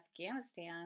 Afghanistan